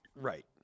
Right